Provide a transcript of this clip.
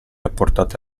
apportate